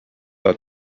are